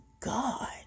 God